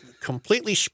completely